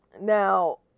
Now